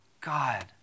God